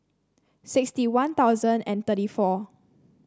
sixty One Thousand and thirty four